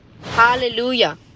Hallelujah